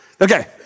Okay